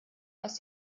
aus